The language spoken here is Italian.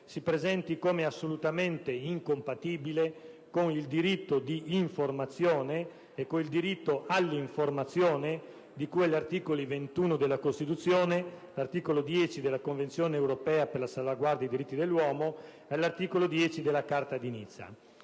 si presenta come assolutamente incompatibile con il diritto di informazione e con il diritto all'informazione di cui all'articolo 21 della Costituzione, all'articolo 10 della Convenzione europea per la salvaguardia dei diritti dell'uomo e all'articolo 10 della Carta di Nizza.